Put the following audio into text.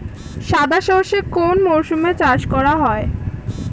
সাদা সর্ষে কোন মরশুমে চাষ করা হয়?